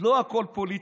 לא הכול פוליטיקה.